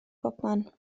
bobman